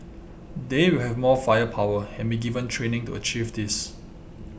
they will have more firepower and be given training to achieve this